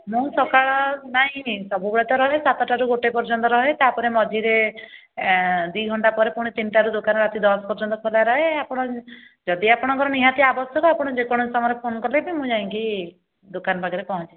ମୁଁ ସକାଳ ନାଇଁ ସବୁବେଲେ ତ ରୁହେ ସତଟାରୁ ଗୋଟେ ପର୍ଯ୍ୟନ୍ତ ରହେ ତା'ପରେ ମଝିରେ ଦୁଇ ଘଣ୍ଟା ପରେ ତିନିଟାରୁ ଦୋକାନ ରାତି ଦଶ ପର୍ଯ୍ୟନ୍ତ ଖୋଲା ରୁହେ ଆପଣ ଯଦି ଆପଣଙ୍କର ନିହାତି ଆବଶ୍ୟକ ଆପଣ ଯେକୌଣସି ସମୟରେ ଫୋନ୍ କଲେ ବି ମୁଁ ଯାଇକି ଦୋକାନ ପାଖରେ ପହଞ୍ଚିଯିବି